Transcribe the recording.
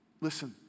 listen